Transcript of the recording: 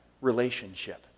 relationship